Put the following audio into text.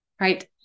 Right